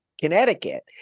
Connecticut